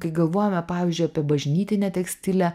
kai galvojame pavyzdžiui apie bažnytinę tekstilę